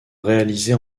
réalisée